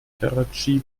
karatschi